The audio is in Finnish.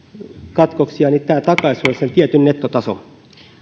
katkoksia niin tämä takaisi sinulle sen tietyn nettotason